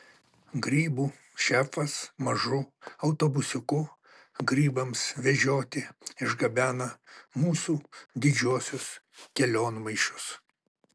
grybų šefas mažu autobusiuku grybams vežioti išgabena mūsų didžiuosius kelionmaišius